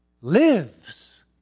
lives